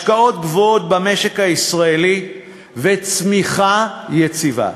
השקעות גבוהות במשק הישראלי וצמיחה יציבה.